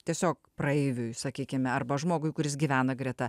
tiesiog praeiviui sakykime arba žmogui kuris gyvena greta